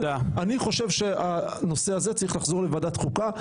אני חושב שהנושא הזה צריך לחזור לוועדת החוקה,